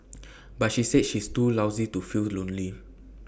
but she said she is too busy to feel lonely